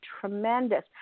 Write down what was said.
tremendous